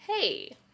hey